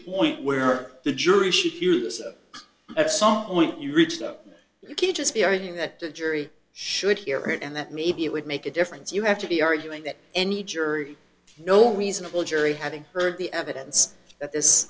point where the jury should hear this at some point you reach that you can't just be arguing that the jury should hear it and that maybe it would make a difference you have to be arguing that any jury no reasonable jury having heard the evidence that this